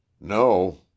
no